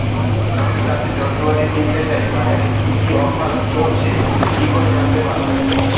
আমি চাষের যন্ত্রপাতি কিনতে চাই বাজারে কি কি অফার চলছে কি করে জানতে পারবো?